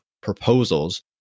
proposals